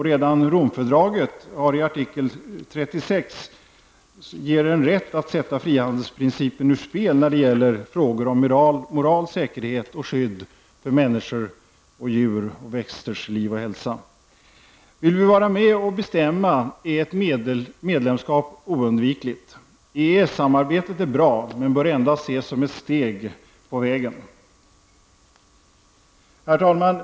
Redan Romfördraget innehåller en artikel, nr 36, som ger en stat rätt att sätta frihandelsprincipen ur spel när det gäller frågor om moral, säkerhet eller skydd för människors, djurs och växters liv och hälsa. Vill vi vara med och bestämma, är ett medlemskap oundvikligt. EES-samarbetet är bra men bör endast ses som ett steg på vägen. Herr talman!